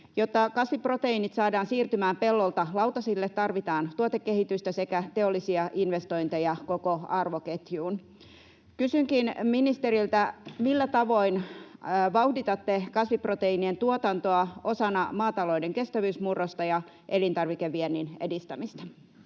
Jotta kasviproteiinit saadaan siirtymään pellolta lautasille, tarvitaan tuotekehitystä sekä teollisia investointeja koko arvoketjuun. Kysynkin ministeriltä: millä tavoin vauhditatte kasviproteiinien tuotantoa osana maatalouden kestävyysmurrosta ja elintarvikeviennin edistämistä?